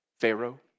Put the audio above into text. Pharaoh